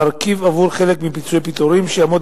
מרכיב עבור חלק מפיצויי הפיטורין שיעמוד